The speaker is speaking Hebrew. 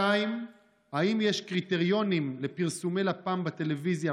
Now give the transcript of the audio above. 2. האם יש קריטריונים לפרסומי לפ"מ בטלוויזיה,